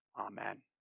Amen